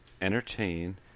entertain